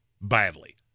badly